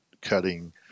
cutting